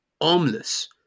armless